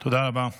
אסון עבורנו